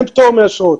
אין פטור מאשרות.